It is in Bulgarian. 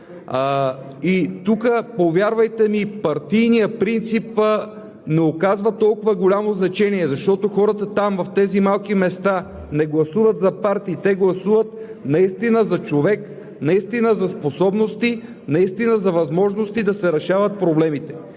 Тук, повярвайте ми, партийният принцип не оказва толкова голямо значение, защото хората там, в тези малки места, не гласуват за партии, а гласуват наистина за човек, наистина за способности, наистина за възможности да се решават проблемите.